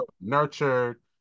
nurtured